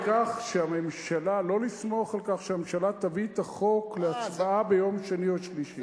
לא לסמוך על כך שהממשלה תביא את החוק להצבעה ביום שני או שלישי,